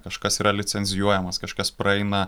kažkas yra licencijuojamas kažkas praeina